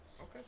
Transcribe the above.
Okay